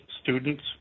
students